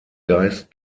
geist